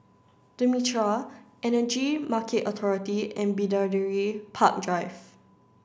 The Mitraa Energy Market Authority and Bidadari Park Drive